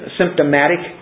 symptomatic